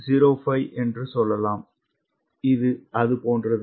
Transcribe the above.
05 என்று சொல்லலாம் இது இதுபோன்றது